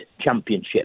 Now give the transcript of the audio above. championship